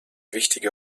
wichtige